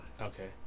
Okay